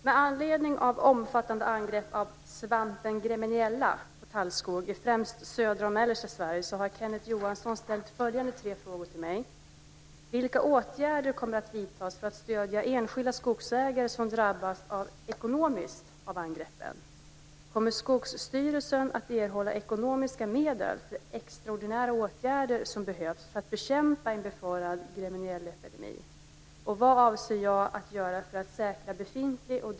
Med anledning av omfattande angrepp av svampen gremmeniella på tallskog i främst södra och mellersta Sverige har Kenneth Johansson ställt följande tre frågor till mig: · Kommer Skogsstyrelsen att erhålla ekonomiska medel för extraordinära åtgärder som behövs för att bekämpa en befarad gremmeniellaepidemi?